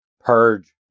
purge